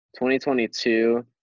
2022